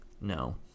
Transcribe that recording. No